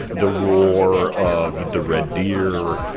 the roar of the red deer,